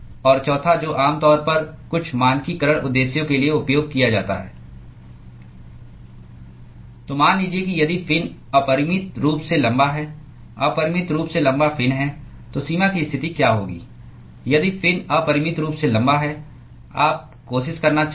और चौथा जो आम तौर पर कुछ मानकीकरण उद्देश्यों के लिए उपयोग किया जाता है तो मान लीजिए कि यदि फिन अपरिमित रूप से लंबा है अपरिमित रूप से लंबा फिन है तो सीमा की स्थिति क्या होगी यदि फिन अपरिमित रूप से लंबा है आप कोशिश करना चाहते हैं